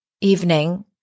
evening